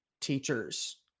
teachers